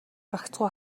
гагцхүү